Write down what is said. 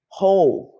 whole